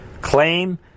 claim